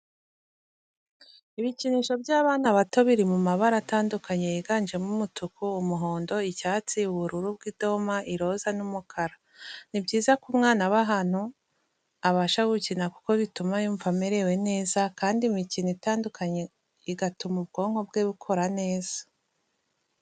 Ibikinisho by'abana bato biri mu mabara atandukanye yiganjemo umutuku, umuhondo, icyatsi, ubururu bw'idoma, iroza n'umukara, Ni byiza ko umwana aba ahantu abasha gukina kuko bituma yumva amerewe neza kandi imikino itandukanye igatuma ubwonko bwe bukora neza.